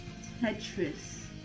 Tetris